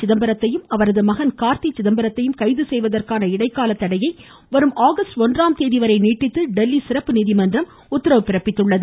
சிதம்பரத்தையும் அவரது மகன் கார்த்தி சிதம்பரத்தையும் கைது செய்வதற்கான இடைக்கால தடையை வரும் ஆகஸ்ட் ஒன்றாம்தேதிவரை நீட்டித்து தில்லி சிறப்பு நீதிமன்றம் உத்தரவு பிறப்பித்துள்ளது